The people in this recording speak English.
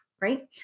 right